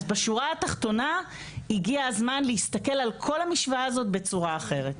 אז בשורה התחתונה הגיע הזמן להסתכל על כל המשוואה הזו בצורה אחרת.